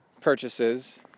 purchases